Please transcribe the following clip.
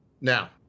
Now